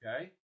okay